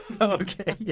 Okay